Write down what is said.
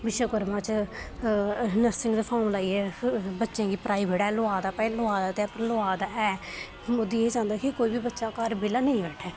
विश्वकर्मा च फार्म लाइयै बच्चें गी प्राइवेट गै लोआ दा पर लोआ दा ऐ मोदी एह् चांह्दा कि बच्चा घर बैह्ल्ला नेईं बैठै